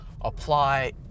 apply